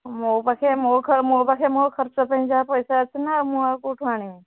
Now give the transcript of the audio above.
ମୋ ପାଖେ ମୋ ପାଖେ ମୋ ଖର୍ଚ ପାଇଁ ଯାହା ପଇସା ଅଛି ନା ମୁଁ ଆଉ କେଉଁଠୁ ଆଣିବି